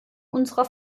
unserer